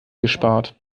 gespart